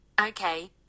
Okay